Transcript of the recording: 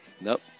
Nope